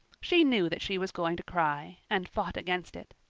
she knew that she was going to cry, and fought against it.